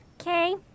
Okay